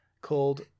called